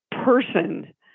person